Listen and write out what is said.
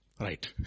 right